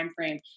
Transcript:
timeframe